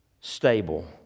stable